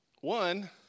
One